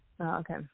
Okay